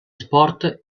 sport